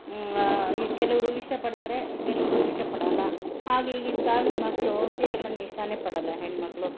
ಈ ಕೆಲವರು ಇಷ್ಟಪಡ್ತಾರೆ ಕೆಲವರು ಇಷ್ಟಪಡಲ್ಲ ಹಾಗೆ ಈಗಿನ ಕಾಲದ ಮಕ್ಕಳು ಸೀರೆಗಳನ್ನು ಇಷ್ಟನೆಪಡಲ್ಲ ಹೆಣ್ಮಕ್ಳು